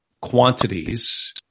quantities